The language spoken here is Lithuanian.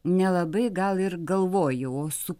nelabai gal ir galvoji o su